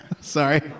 Sorry